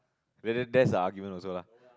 then then that's the argument also lah